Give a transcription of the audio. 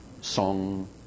song